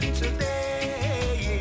today